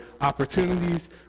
opportunities